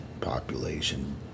population